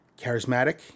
charismatic